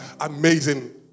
Amazing